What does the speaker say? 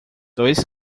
dois